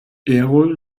erol